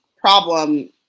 problem